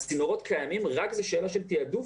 הצינורות קיימים וזו רק שאלה של תעדוף,